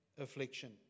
affliction